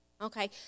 Okay